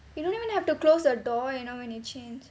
you don't even have to close the door you know when you change